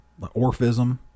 Orphism